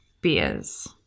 beers